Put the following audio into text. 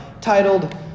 titled